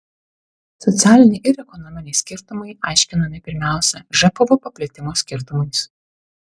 socialiniai ir ekonominiai skirtumai aiškinami pirmiausia žpv paplitimo skirtumais